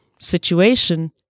situation